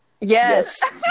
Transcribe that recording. Yes